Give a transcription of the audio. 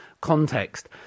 context